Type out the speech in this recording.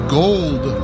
gold